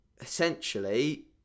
essentially